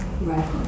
Right